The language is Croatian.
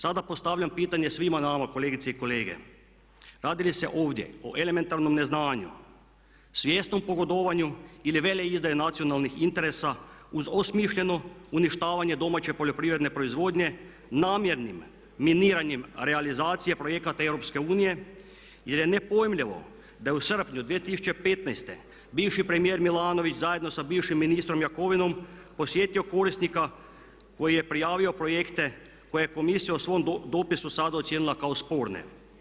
Sada postavljam pitanje svima nama kolegice i kolege, radi li se ovdje o elementarnom neznanju, svjesnom pogodovanju ili vele izdaji nacionalnih interesa uz osmišljeno uništavanje domaće poljoprivredne proizvodnje namjernim miniranim realizacije projekata EU jer je nepojmljivo da u srpnju 2015. bivši premijer Milanović zajedno sa bivšim ministrom Jakovinom posjetio korisnika koji je prijavio projekte, koje je komisija u svom dopisu sad ocijenila kao sporne.